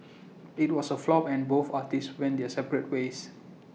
IT was A flop and both artists went their separate ways